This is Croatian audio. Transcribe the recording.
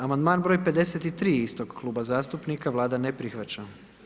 Amandman broj 53 istog kluba zastupnika, Vlada ne prihvaća.